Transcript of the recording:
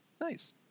Nice